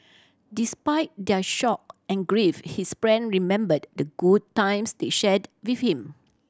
despite their shock and grief his friend remembered the good times they shared with him